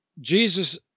Jesus